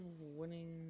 winning